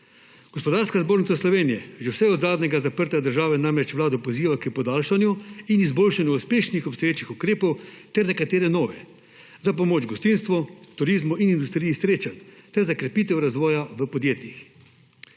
Gospodarska zbornica Slovenije že vse od zadnjega zaprtja države namreč Vlado poziva k podaljšanju in izboljšanju uspešnih obstoječih ukrepov ter k nekaterim novim za pomoč gostinstvu, turizmu in industriji srečanj ter za krepitev razvoja v podjetjih.